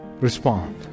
Respond